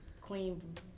Queen